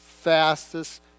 fastest